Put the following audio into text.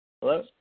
Hello